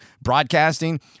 broadcasting